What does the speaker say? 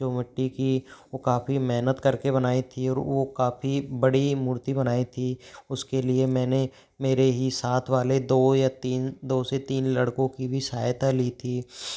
जो मिट्टी की वो काफ़ी मेहनत करके बनाई थी और वो काफ़ी बड़ी मूर्ति बनाई थी उसके लिए मैंने मेरे ही साथ वाले दो या तीन दो से तीन लड़कों की भी सहायता ली थी